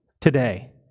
today